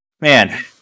Man